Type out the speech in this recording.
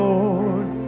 Lord